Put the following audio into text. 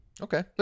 Okay